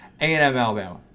A&M-Alabama